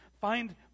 Find